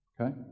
Okay